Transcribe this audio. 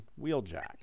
Wheeljack